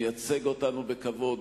מייצג אותנו בכבוד,